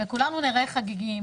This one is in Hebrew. וכולנו ניראה חגיגיים,